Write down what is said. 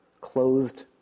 Clothed